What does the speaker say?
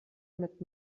mit